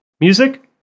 music